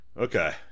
Okay